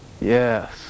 Yes